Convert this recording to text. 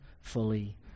fully